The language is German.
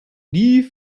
die